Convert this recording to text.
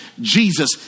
Jesus